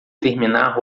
terminar